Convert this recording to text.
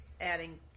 adding